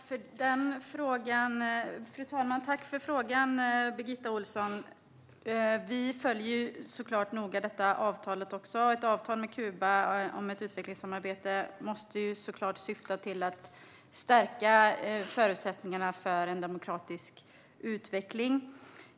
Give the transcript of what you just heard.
Fru talman! Tack för frågan, Birgitta Ohlsson. Vi följer detta avtal noga. Ett avtal med Kuba om ett utvecklingssamarbete måste såklart syfta till att stärka förutsättningarna för en demokratisk utveckling.